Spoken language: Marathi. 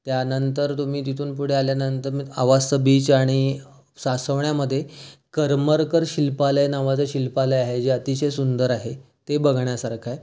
त्यानंतर तुम्ही तिथून पुढे आल्यानंतर मग आवासचं बीच आणि सासवण्यामध्ये करमरकर शिल्पालय नावाचं शिल्पालय आहे जे अतिशय सुंदर आहे ते बघण्यासारखं आहे